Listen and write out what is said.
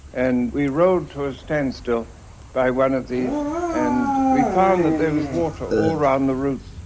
and we rolled to a standstill by one of these and we found that there was water all around the roots.